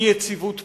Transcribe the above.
אי-יציבות פוליטית,